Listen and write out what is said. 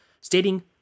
stating